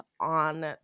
on